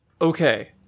Okay